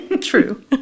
True